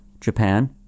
Japan